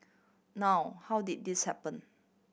now how did this happen